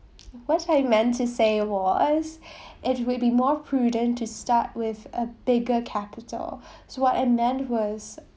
what I meant to say was it will be more prudent to start with a bigger capital so what I meant was